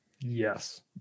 Yes